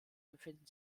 befinden